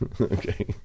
Okay